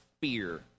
fear